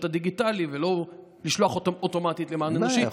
הדיגיטלי ולא לשלוח אותם אוטומטית למענה אנושי,